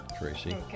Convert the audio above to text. Tracy